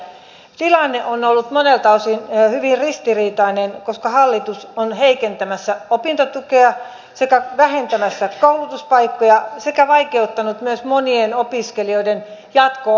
tilanne on ollut monelta osin hyvin ristiriitainen koska hallitus on heikentämässä opintotukea vähentämässä koulutuspaikkoja sekä vaikeuttanut myös monien opiskelijoiden jatko opintoja